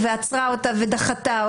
שנאמרו, ואכן זה שיפור.